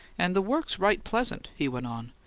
and the work's right pleasant, he went on.